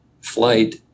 flight